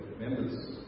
members